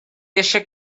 eisiau